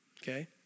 Okay